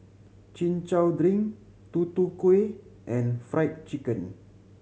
Chin Chow drink Tutu Kueh and Fried Chicken